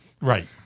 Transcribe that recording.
Right